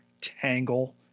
tangle